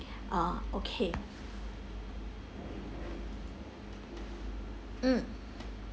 ah okay mm